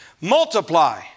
Multiply